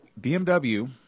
BMW